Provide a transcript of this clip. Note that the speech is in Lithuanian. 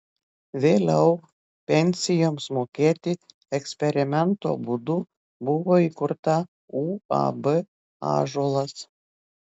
vėliau pensijoms mokėti eksperimento būdu buvo įkurta uab ąžuolas